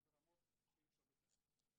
ברמות שאי אפשר לתאר.